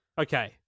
Okay